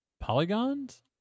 polygons